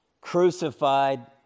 crucified